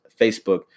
Facebook